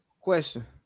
question